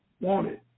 wanted